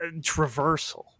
traversal